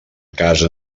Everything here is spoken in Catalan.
casa